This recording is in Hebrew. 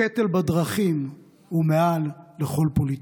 לא משנה מי יהיה: הקטל בדרכים הוא מעל לכל פוליטיקה.